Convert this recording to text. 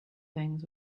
things